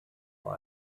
vor